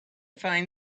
find